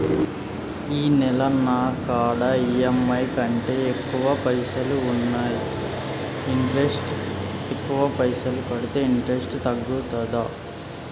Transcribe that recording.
ఈ నెల నా కాడా ఈ.ఎమ్.ఐ కంటే ఎక్కువ పైసల్ ఉన్నాయి అసలు పైసల్ ఎక్కువ కడితే ఇంట్రెస్ట్ కట్టుడు తగ్గుతదా?